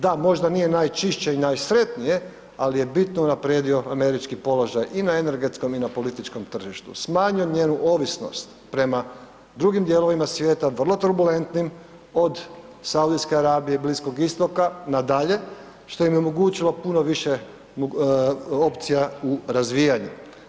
Da, možda nije najčišće i najsretnije, ali je bitno unaprijedio američki položaj i na energetskom i na političkom tržištu, smanjena je ovisnost prema drugim dijelovima svijeta vrlo turbulentnim, od Saudijske Arabije, Bliskog Istoka na dalje, što im je omogućilo puno više opcija u razvijanju.